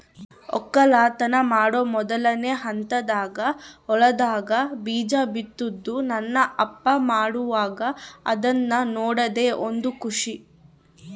ವಕ್ಕಲತನ ಮಾಡೊ ಮೊದ್ಲನೇ ಹಂತದಾಗ ಹೊಲದಾಗ ಬೀಜ ಬಿತ್ತುದು ನನ್ನ ಅಪ್ಪ ಮಾಡುವಾಗ ಅದ್ನ ನೋಡದೇ ಒಂದು ಖುಷಿ